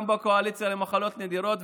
גם בקואליציה למחלות נדירות,